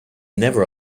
never